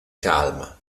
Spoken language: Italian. calma